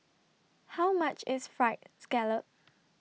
How much IS Fried Scallop